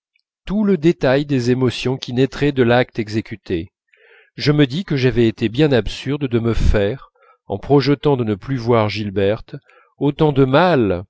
tout le détail des émotions qui naîtraient de l'acte exécuté je me dis que j'avais été bien absurde de me faire en projetant de ne plus voir gilberte autant de mal